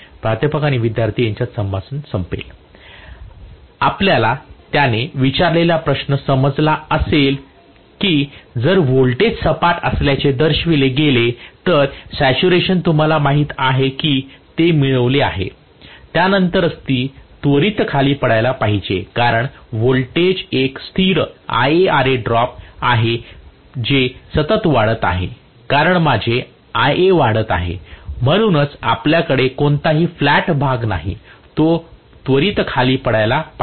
प्राध्यापक आणि विद्यार्थी यांच्यात संभाषण संपेल आपल्याला त्याने विचारलेला प्रश्न समजला असेल कि जर व्होल्टेज सपाट असल्याचे दर्शविले गेले तर सॅच्युरेशन तुम्हाला माहित आहे कि ते मिळवले आहे त्यानंतरच ती त्वरित खाली पडायला पाहिजे कारण व्होल्टेज एक स्थिर IaRa ड्रॉप जे सतत वाढत आहे कारण माझे Ia वाढत आहे म्हणून आपल्याकडे कोणताही फ्लॅट भाग नाही तो त्वरित खाली पडायला पाहिजे